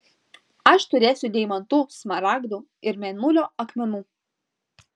aš turėsiu deimantų smaragdų ir mėnulio akmenų